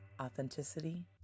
authenticity